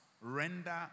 render